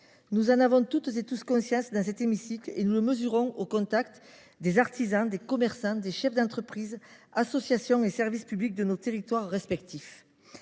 Nous en avons toutes et tous conscience dans cet hémicycle, et nous le mesurons au contact des artisans, des commerçants, des chefs d’entreprise, des associations et des services publics de nos territoires respectifs